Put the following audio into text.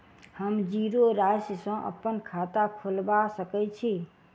हम जीरो राशि सँ अप्पन खाता खोलबा सकै छी?